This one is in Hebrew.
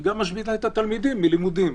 היא גם משביתה את התלמידים מלימודים.